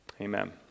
amen